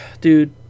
Dude